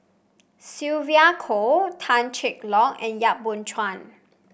Sylvia Kho Tan Cheng Lock and Yap Boon Chuan